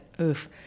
Oof